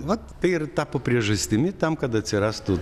vat tai ir tapo priežastimi tam kad atsirastų